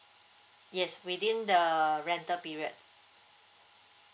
yes within the rental period